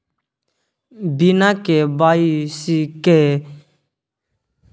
बिना के.वाई.सी केर खाता नहि खुजत, पहिने के.वाई.सी करवा लिअ